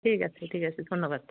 ঠিক আছে ঠিক আছে ধন্যবাদ